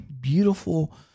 beautiful